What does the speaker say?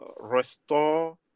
restore